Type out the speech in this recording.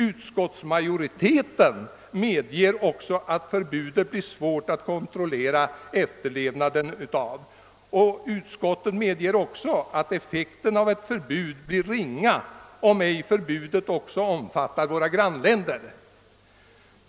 Utskottsmajoriteten medger också att det blir svårt att kontrollera efterlevnaden av förbudet liksom att effekten av ett förbud blir ringa, om det inte också omfattar våra grannländer.